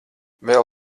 vēl